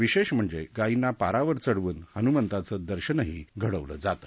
विशेष म्हणजे गायींना पारावार चढवून श्री हनुमंताचे दर्शन घडविले जाते